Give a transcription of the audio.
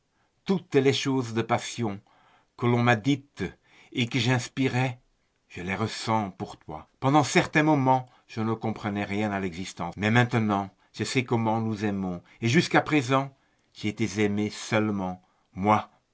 toutes les choses de passion que l'on m'a dites et que j'inspirais je les ressens pour toi pendant certains moments je ne comprenais rien à l'existence mais maintenant je sais comment nous aimons et jusqu'à présent j'étais aimée seulement moi